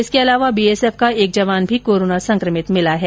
इसके अलावा बीएसएफ का एक जवान भी कोरोना संक्रमित मिला है